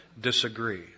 disagree